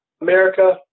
America